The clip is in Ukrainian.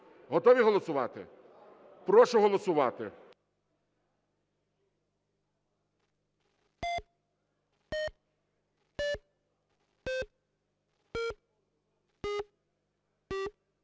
Готові голосувати? Прошу голосувати.